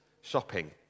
shopping